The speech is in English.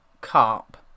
Carp